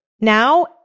now